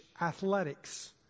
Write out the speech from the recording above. athletics